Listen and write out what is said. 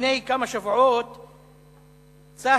לפני כמה שבועות צה"ל,